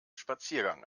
spaziergang